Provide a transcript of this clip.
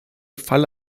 falle